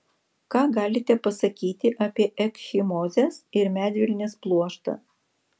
ką galite pasakyti apie ekchimozes ir medvilnės pluoštą